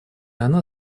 она